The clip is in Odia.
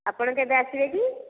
ଆପଣ କେବେ ଆସିବେ କି